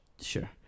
Sure